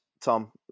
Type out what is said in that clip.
Tom